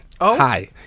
hi